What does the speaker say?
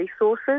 resources